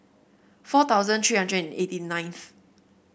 four thousand three hundred and eighty ninth